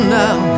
now